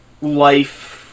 life